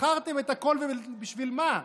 מכרתם את הכול, ובשביל מה?